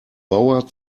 bauer